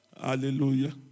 Hallelujah